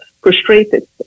frustrated